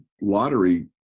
lottery